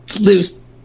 loose